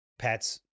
pets